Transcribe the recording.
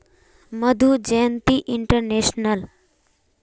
Madhu Jayanti international